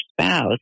spouse